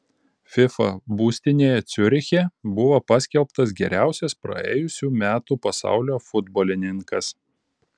fifa būstinėje ciuriche buvo paskelbtas geriausias praėjusių metų pasaulio futbolininkas